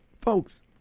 folks